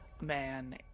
man